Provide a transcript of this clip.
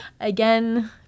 again